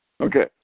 Okay